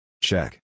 Check